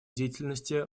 деятельности